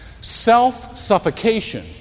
self-suffocation